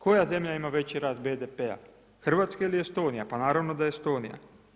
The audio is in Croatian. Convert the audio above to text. Koja zemlja ima veći rast BDP-a, Hrvatska ili Estonija, pa naravno da Estonija.